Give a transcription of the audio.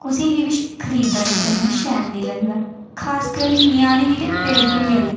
कुसै गी बी श खरीददारी करना शैल निं लगदा खासकर न्यानें गी ते बिल्कुल गै निं